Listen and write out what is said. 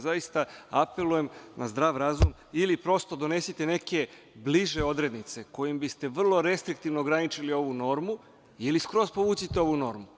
Zaista apelujem na zdrav razum ili prosto donesite neke bliže odrednice kojim biste vrlo restriktivno ograničili ovu normu ili skroz povucite ovu normu.